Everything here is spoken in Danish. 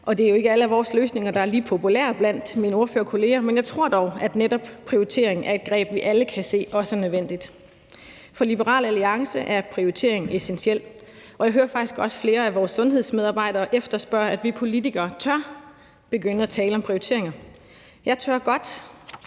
og det er jo ikke alle vores løsninger, der er lige populære blandt mine ordførerkolleger, men jeg tror dog, at netop prioritering er et greb, vi alle kan se også er nødvendigt. For Liberal Alliance er prioritering essentielt, og jeg hørte faktisk også flere af vores sundhedsmedarbejdere efterspørge, at vi politikere tør begynde at tale om prioriteringer. Jeg tør godt,